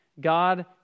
God